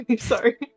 Sorry